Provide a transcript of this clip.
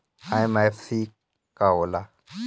MFC का होला?